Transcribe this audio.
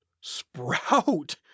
Sprout